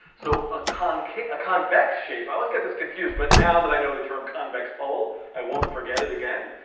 so a convex convex shape i always get this confused, but now that i know the term convex hull, i won't forget it again.